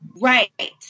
Right